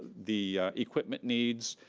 the equipment needs,